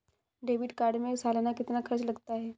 Debit card में सालाना कितना खर्च लगता है?